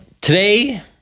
Today